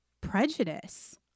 prejudice